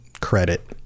credit